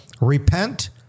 repent